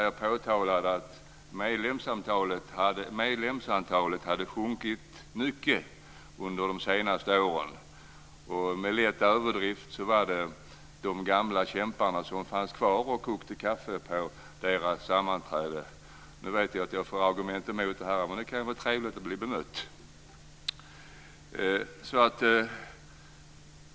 Jag påtalade att medlemsantalet hade sjunkit mycket under de senaste åren. Med en lätt överdrift var det de gamla kämparna som fanns kvar och som kokade kaffe på sammanträdena. Nu vet jag att jag får motargument, men det kan ju vara trevligt att bli bemött.